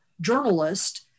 journalist